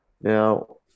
Now